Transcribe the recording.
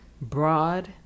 broad